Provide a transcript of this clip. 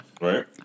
right